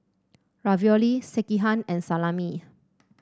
Ravioli Sekihan and Salami